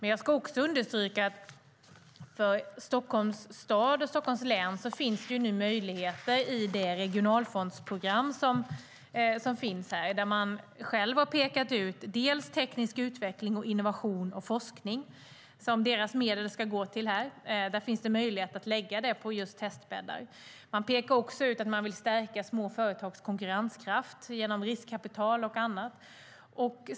Jag ska också understryka att för Stockholms stad och Stockholms län finns det möjligheter att söka medel i regionalfondsprogrammet. Där har man själv pekat ut teknisk utveckling och forskning som det område som medlen ska gå till. Det finns möjlighet att lägga dem på just testbäddar. Man pekar också på att man vill stärka små företags konkurrenskraft genom riskkapital och annat.